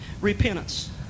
repentance